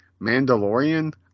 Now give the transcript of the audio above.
Mandalorian